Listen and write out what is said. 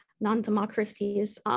non-democracies